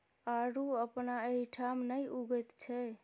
आड़ू अपना एहिठाम नहि उगैत छै